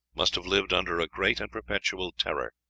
must have lived under a great and perpetual terror,